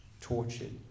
tortured